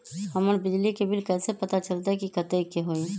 हमर बिजली के बिल कैसे पता चलतै की कतेइक के होई?